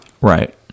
Right